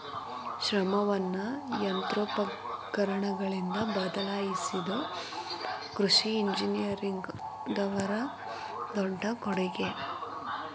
ಶ್ರಮವನ್ನಾ ಯಂತ್ರೋಪಕರಣಗಳಿಂದ ಬದಲಾಯಿಸಿದು ಕೃಷಿ ಇಂಜಿನಿಯರಿಂಗ್ ದವರ ದೊಡ್ಡ ಕೊಡುಗೆ